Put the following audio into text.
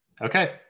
okay